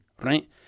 right